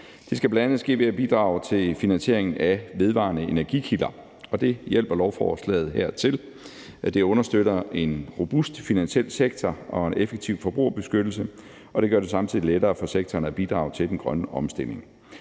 Det skal bl.a. ske ved at bidrage til finansiering af vedvarende energikilder, og det hjælper lovforslaget her med til. Det understøtter en robust finansiel sektor og en effektiv forbrugerbeskyttelse, og det gør det samtidig lettere for sektoren at bidrage til den grønne omstilling.